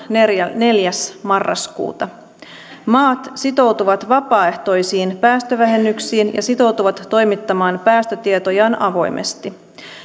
neljäs marraskuuta maat sitoutuvat vapaaehtoisiin päästövähennyksiin ja sitoutuvat toimittamaan päästötietojaan avoimesti